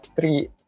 three